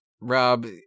Rob